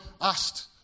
asked